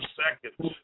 seconds